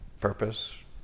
purpose